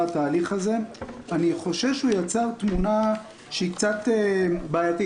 התהליך אבל אני חושש שזה יצר תמונה קצת בעייתית.